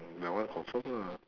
mm that one confirm lah